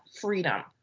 freedom